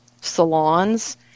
salons